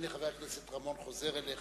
הנה, חבר הכנסת רמון חוזר אליך,